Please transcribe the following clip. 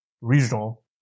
regional